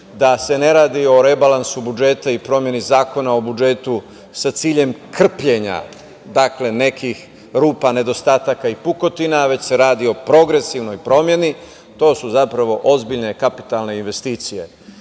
da se ne radi o rebalansu budžeta i promeni Zakona o budžetu sa ciljem krpljenja nekih rupa, nedostataka i pukotina, već se radi o progresivnoj promeni, to su zapravo ozbiljne kapitalne investicije.